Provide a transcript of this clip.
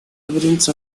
evidence